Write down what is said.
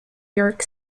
york